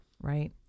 Right